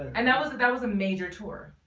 and that was it that was a major tour.